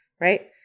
right